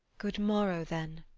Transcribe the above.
good morrow, then.